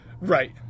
Right